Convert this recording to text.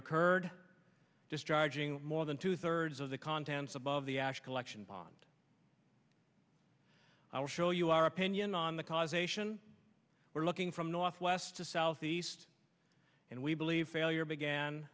occurred discharging more than two thirds of the contents of of the ash collection pond i will show you our opinion on the causation we're looking from northwest to southeast and we believe failure began